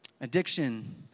Addiction